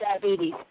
diabetes